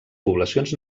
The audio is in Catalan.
poblacions